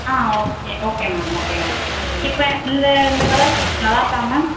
ஆ okay okay ma'am okay ma'am இப்போ இந்த இந்த கலர் நல்லாயிருக்கா மேம்